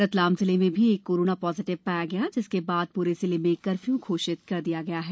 रतलाम जिले में भी एक कोरोना पॉजिटिव पाया गया जिसके बाद पूरे जिले में कर्फ्यु घोषित कर दिया गया है